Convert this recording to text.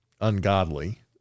ungodly